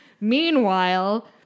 Meanwhile